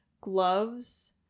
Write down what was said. gloves